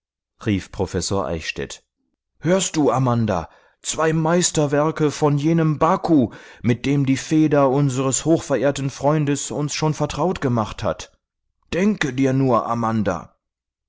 rief professor eichstädt hörst du amanda zwei meisterwerke von jenem baku mit dem die feder unseres hochverehrten freundes uns schon vertraut gemacht hat denke dir nur amanda